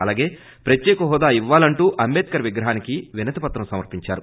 అలాగే ప్రత్యేక హోదా ఇవ్వాలంటూ అంటేద్కర్ విగ్రహానికి వినతిపత్రం సమర్పించారు